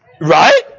Right